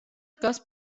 დგას